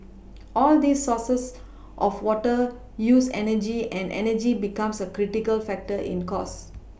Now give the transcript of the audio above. all these sources of water use energy and energy becomes a critical factor in cost